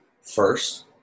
first